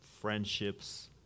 friendships